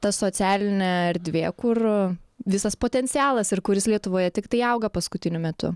ta socialinė erdvė kur visas potencialas ir kuris lietuvoje tiktai auga paskutiniu metu